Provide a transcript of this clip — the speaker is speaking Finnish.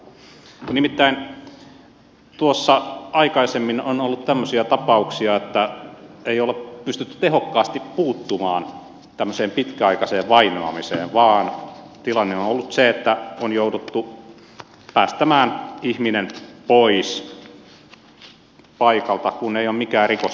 nimittäin tuossa aikaisemmin on ollut tämmöisiä tapauksia että ei ole pystytty tehokkaasti puuttumaan tämmöiseen pitkäaikaiseen vainoamiseen vaan tilanne on ollut se että on jouduttu päästämään ihminen pois paikalta kun ei ole mikään rikos täyttynyt